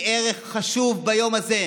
היא ערך חשוב ביום הזה,